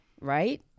right